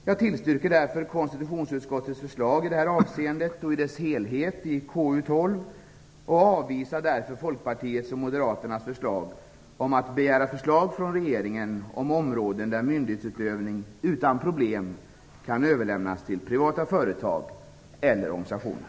Jag tillstyrker därför konstitutionsutskottets förslag i det avseendet och i dess helhet i betänkande nr 12 och avvisar Folkpartiets och Moderaternas förslag om att begära förslag från regeringen på områden där myndighetsutövning utan problem kan överlämnas till privata företag eller organisationer.